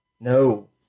No